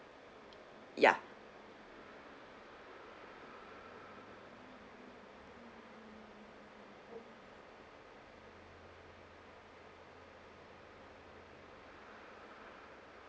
ya